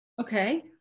Okay